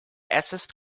assessed